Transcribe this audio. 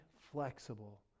flexible